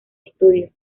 estudio